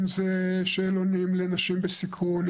אם זה שאלונים לנשים בסיכון,